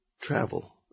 travel